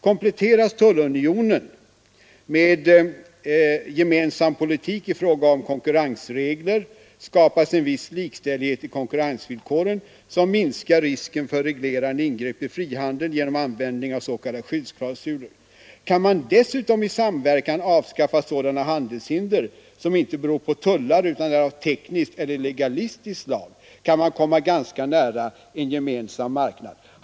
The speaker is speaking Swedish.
Kompletteras tullunionen — som skett i EEC — med en gemensam politik i fråga om de s.k. konkurrensreglerna ——— skapas en viss likställdhet i konkurrensvillkoren, som minskar skyddsklausuler. Kan man desutom i samverkan avskaffa sådana handels hinder, som inte beror på tullar utan är av tekniskt eller legalistiskt slag - kan man komma ganska nära en gemensam marknad.